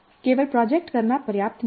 केवल प्रोजेक्ट करना पर्याप्त नहीं है